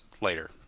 later